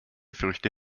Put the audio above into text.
früchte